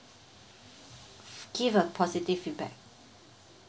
give a positive feedback